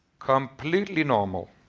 completely normal.